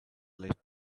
late